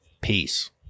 Peace